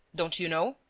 don't you know?